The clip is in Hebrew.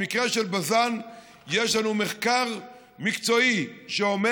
במקרה של בז"ן יש לנו מחקר מקצועי שאומר